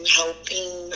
helping